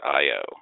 io